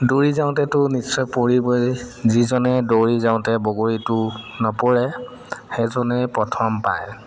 দৌৰি যাওঁতেতো নিশ্চয় পৰিবই যিজনে দৌৰি যাওঁতে বগৰীটো নপৰে সেইজনেই প্ৰথম পায়